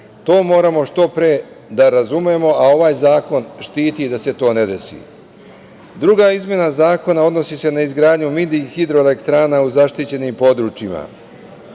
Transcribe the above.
To moramo što pre da razumemo, a ovaj zakon štiti da se to ne desi. Druga izmena zakona odnosi se na izgradnju mini hidroelektrana u zaštićenim područjima,